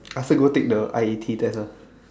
ask her go take the I_A_T test ah